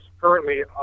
currently